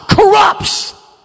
corrupts